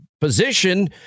position